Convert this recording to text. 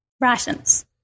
rations